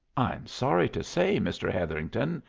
i'm sorry to say, mr. hetherington,